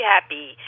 Happy